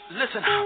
Listen